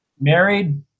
Married